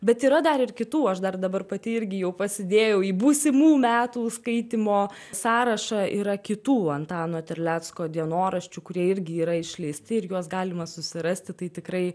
bet yra dar ir kitų aš dar dabar pati irgi jau pasidėjau į būsimų metų skaitymo sąrašą yra kitų antano terlecko dienoraščių kurie irgi yra išleisti ir juos galima susirasti tai tikrai